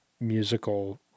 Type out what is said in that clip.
musical